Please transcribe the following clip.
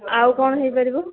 ଆଉ କ'ଣ ହୋଇପାରିବ